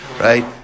right